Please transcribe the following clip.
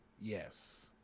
Yes